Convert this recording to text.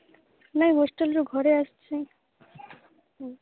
ନାଇଁ ହଷ୍ଟେଲରୁ ଘରେ ଆସିଛି